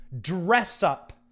dress-up